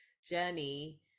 journey